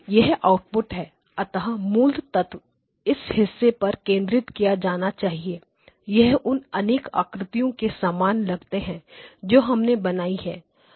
यह आउटपुट है अतः मूल तत्व इस हिस्से पर केंद्रित किया जाना चाहिए यह उन अनेक आकृतियों के समान लगते हैं जो हमने बनाई है